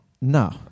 No